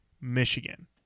michigan